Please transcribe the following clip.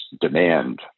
demand